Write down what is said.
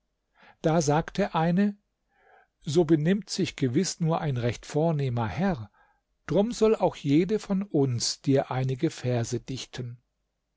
da sagte eine so benimmt sich gewiß nur ein recht vornehmer herr drum soll auch jede von uns dir einige verse dichten